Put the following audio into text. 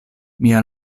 mia